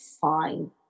fine